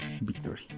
victory